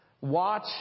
Watch